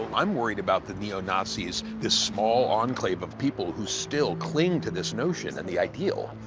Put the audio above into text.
i'm worried about the neo-nazis, this small enclave of people who still cling to this notion and the ideal.